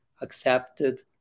accepted